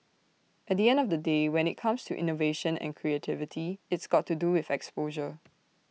at the end of the day when IT comes to innovation and creativity it's got to do with exposure